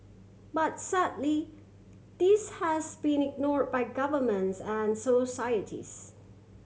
but sadly this has been ignore by governments and societies